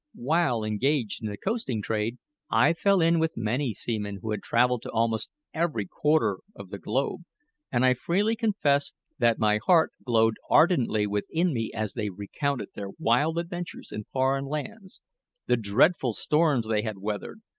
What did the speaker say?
while engaged in the coasting trade i fell in with many seamen who had travelled to almost every quarter of the globe and i freely confess that my heart glowed ardently within me as they recounted their wild adventures in foreign lands the dreadful storms they had weathered,